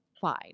fine